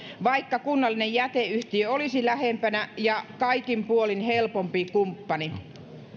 vaikka kunnallinen jäteyhtiö olisi lähempänä ja kaikin puolin helpompi kumppani